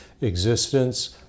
existence